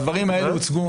הדברים האלה הוצגו.